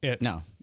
No